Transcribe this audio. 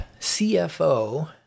CFO